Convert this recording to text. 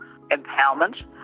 empowerment